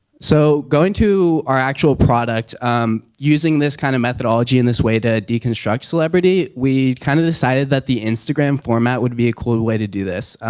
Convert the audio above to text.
so going to our actual product um using this kind of methodology in this way to deconstruct celebrity, we kind of decided that the instagram format would be a cool way to do this.